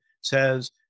says